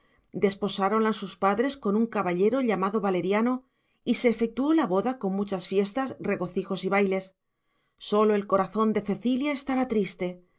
cuerpo a jesucristo desposáronla sus padres con un caballero llamado valeriano y se efectuó la boda con muchas fiestas regocijos y bailes sólo el corazón de cecilia estaba triste